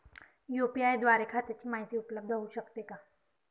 UPI द्वारे खात्याची माहिती उपलब्ध होऊ शकते का?